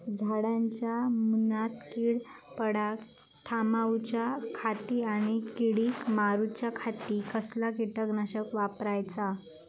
झाडांच्या मूनात कीड पडाप थामाउच्या खाती आणि किडीक मारूच्याखाती कसला किटकनाशक वापराचा?